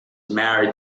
married